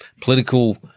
political